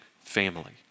family